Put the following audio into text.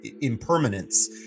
impermanence